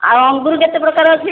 ଆଉ ଅଙ୍ଗୁର କେତେ ପ୍ରକାର ଅଛି